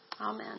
Amen